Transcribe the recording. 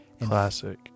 Classic